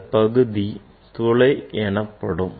இந்தப் பகுதி துளை எனப்படும்